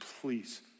Please